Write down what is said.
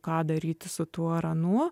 ką daryti su tuo ar anuo